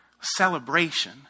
celebration